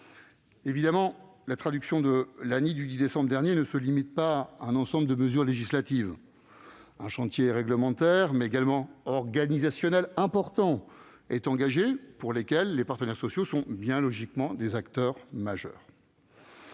Évidemment, la traduction de l'ANI du 10 décembre dernier ne se limite pas à un ensemble de mesures législatives. Un important chantier réglementaire, mais également organisationnel, est engagé, et les partenaires sociaux en sont bien logiquement des acteurs majeurs.